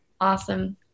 awesome